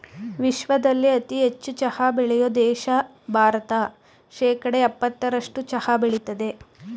ವಿಶ್ವದಲ್ಲೇ ಅತಿ ಹೆಚ್ಚು ಚಹಾ ಬೆಳೆಯೋ ದೇಶ ಭಾರತ ಶೇಕಡಾ ಯಪ್ಪತ್ತರಸ್ಟು ಚಹಾ ಬೆಳಿತದೆ